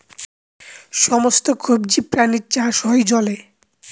সমস্ত কবজি প্রাণীর চাষ হয় জলে